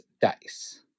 dice